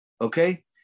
okay